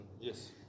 Yes